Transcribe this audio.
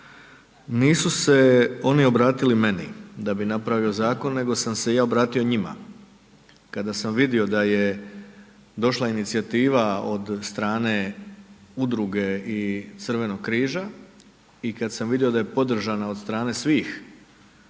nisu se oni obratili meni da bi napravio zakon nego sam se ja obratio njima kada sam vidio da je došla inicijativa od strane udruge i Crvenog križa i kad sam vidio da je podržana od strane svih